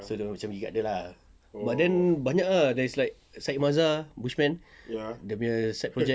so dia macam pergi dekat dia lah but then banyak lah then it's like side bazaar bush man dia punya side project